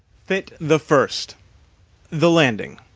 fit the first the landing